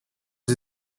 aux